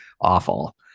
awful